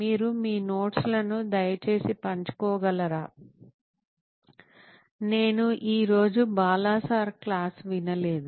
మీరు మీ నోట్స్ లను దయచేసి పంచుకోగలరా నేను ఈ రోజు బాలా సార్ క్లాస్ వినలేదు